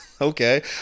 Okay